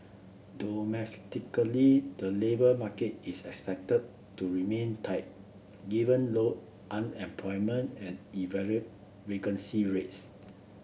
domestically the labour market is expected to remain tight given low unemployment and elevated vacancy rates